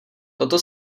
toto